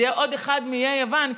וזה יהיה עוד אחד מאיי יוון,